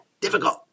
difficult